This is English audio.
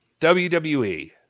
WWE